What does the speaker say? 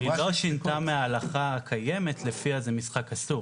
היא לא שינתה מההלכה הקיימת שלפיה זה משחק אסור.